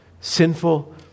Sinful